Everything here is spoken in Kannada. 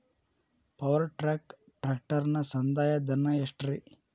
ಪವರ್ ಟ್ರ್ಯಾಕ್ ಟ್ರ್ಯಾಕ್ಟರನ ಸಂದಾಯ ಧನ ಎಷ್ಟ್ ರಿ?